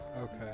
Okay